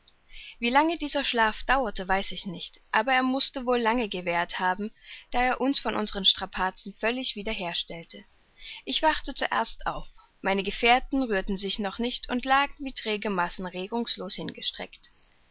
wie lange dieser schlaf dauerte weiß ich nicht aber er mußte wohl lange gewährt haben da er uns von unseren strapazen völlig wieder herstellte ich wachte zuerst auf meine gefährten rührten sich noch nicht und lagen wie träge massen regungslos hingestreckt